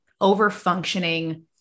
over-functioning